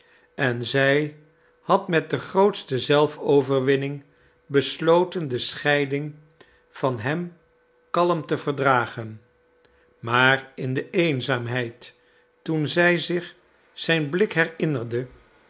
en zij had met de grootste zelfoverwinning besloten de scheiding van hem kalm te verdragen maar in de eenzaamheid toen zij zich zijn blik herinnerde